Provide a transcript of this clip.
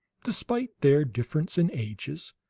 despite their difference in ages,